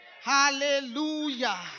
Hallelujah